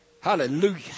Hallelujah